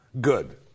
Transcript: good